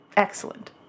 Excellent